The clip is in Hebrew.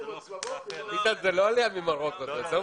הדבר